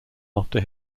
after